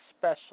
special